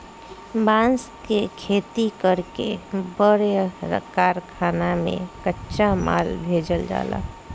बांस के खेती कर के बड़ कारखाना में कच्चा माल भेजल जाला